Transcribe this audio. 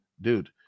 dude